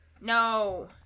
No